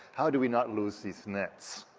how do we not lose these nets?